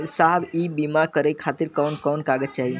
साहब इ बीमा करें खातिर कवन कवन कागज चाही?